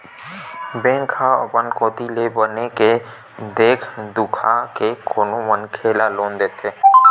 bank ह अपन कोती ले बने के देख दुखा के कोनो मनखे ल लोन देथे